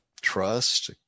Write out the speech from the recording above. Trust